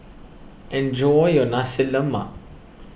enjoy your Nasi Lemak